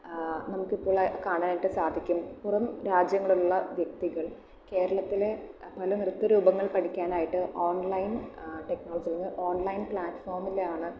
നമുക്ക് ഇപ്പോൾ ഉള്ളത് കാണാനായിട്ട് സാധിക്കും പുറം രാജ്യങ്ങളിലുള്ള വ്യക്തികൾ കേരളത്തിലെ പല നൃത്ത രൂപങ്ങൾ പഠിക്കാനായിട്ട് ഓൺലൈൻ ടെക്നോളജികൾ അല്ലെങ്കിൽ ഓൺലൈൻ പ്ലാറ്റഫോംമിൽ ആണ്